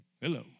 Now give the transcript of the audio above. Hello